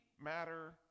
matter